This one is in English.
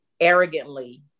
arrogantly